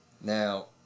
Now